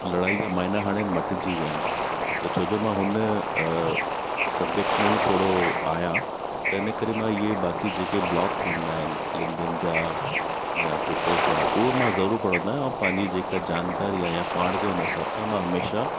लड़ाई जा माइना हाणे मटिजी विया आहिनि त छो जो मां हुन सब्जेक्ट में ई थोरो आहियां त हिन करे मां इहे बाक़ी जेके ब्लॉग थींदा आहिनि लिंकडिन जा या ट्वीटर जा उहे मां ज़रूरु पढ़ंदो आहियां ऐं पंहिंजी जेका जानकारी आहे पाण खे उन हिसाब सां मां हमेशह